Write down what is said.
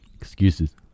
Excuses